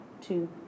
Two